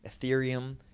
Ethereum